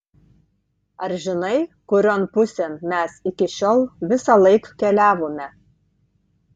ar žinai kurion pusėn mes iki šiol visąlaik keliavome